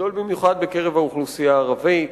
גדול במיוחד בקרב האוכלוסייה הערבית.